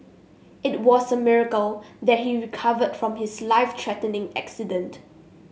it was a miracle that he recovered from his life threatening accident